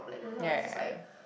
ya